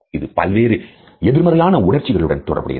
இது பல்வேறு எதிர்மறையான உணர்ச்சிகளுடன் தொடர்புடையது